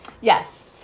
Yes